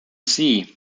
see